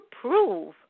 prove